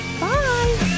Bye